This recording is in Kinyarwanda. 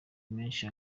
menshi